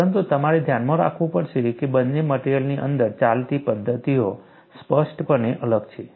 પરંતુ તમારે ધ્યાનમાં રાખવું પડશે કે બંને મટેરીઅલની અંદર ચાલતી પદ્ધતિઓ સ્પષ્ટપણે અલગ છે